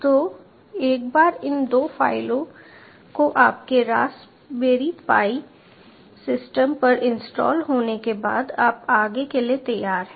तो एक बार इन दो फ़ाइलों को आपके रास्पबेरी पाई बेस सिस्टम पर इंस्टॉल होने के बाद आप आगे के लिए तैयार हैं